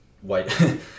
white